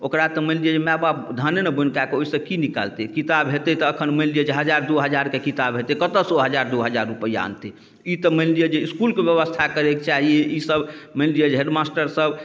ओकरा तऽ मानि लिअऽ जे माइबाप धाने ने बोनि कऽ कऽ ओहिसँ कि निकालतै किताब हेतै तऽ एखन मानि लिअऽ जे हजार दुइ हजारके किताब हेतै कतऽसँ ओ हजार दुइ हजार रुपैआ अनतै ई तऽ मानि लिअऽ जे इसकुलके बेबस्था करैके चाही ईसब मानि लिअऽ जे हेडमास्टरसब